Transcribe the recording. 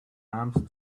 arms